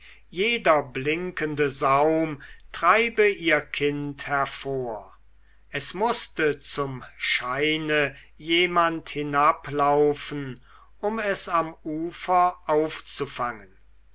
jeder blinkende saum treibe ihr kind hervor es mußte zum scheine jemand hinablaufen um es am ufer aufzufangen